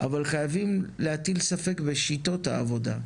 אבל חייבים להטיל ספק בשיטות העבודה.